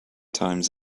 times